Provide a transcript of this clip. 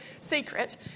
secret